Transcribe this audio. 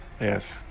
Yes